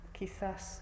quizás